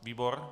Výbor?